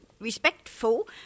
Respectful